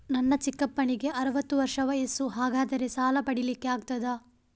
ನನ್ನ ಚಿಕ್ಕಪ್ಪನಿಗೆ ಅರವತ್ತು ವರ್ಷ ವಯಸ್ಸು, ಹಾಗಾದರೆ ಸಾಲ ಪಡೆಲಿಕ್ಕೆ ಆಗ್ತದ?